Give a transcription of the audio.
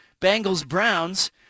Bengals-Browns